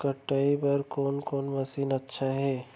कटाई बर कोन कोन मशीन अच्छा हे?